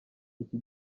iki